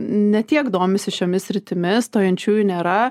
ne tiek domisi šiomis sritimis stojančiųjų nėra